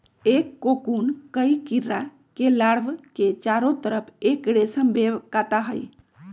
एक कोकून कई कीडड़ा के लार्वा के चारो तरफ़ एक रेशम वेब काता हई